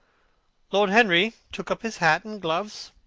lord henry took up his hat and gloves.